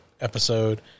episode